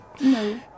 No